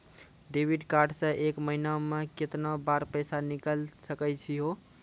Debit card से एक महीना मा केतना बार पैसा निकल सकै छि हो?